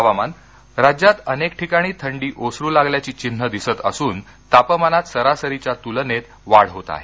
हवामान हवामान राज्यात अनेक ठिकाणी थंडी ओसरू लागल्याची चिन्हे दिसत असून तापमानात सरासरीच्या तुलनेत वाढ होत आहे